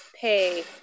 pay